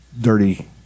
dirty